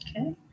Okay